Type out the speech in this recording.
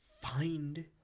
find